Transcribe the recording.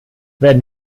werden